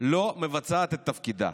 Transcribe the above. לא מבצעת את תפקידה.